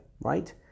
right